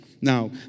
Now